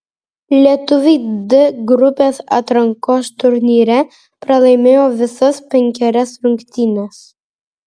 lietuviai d grupės atrankos turnyre pralaimėjo visas penkerias rungtynes